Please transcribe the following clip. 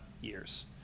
years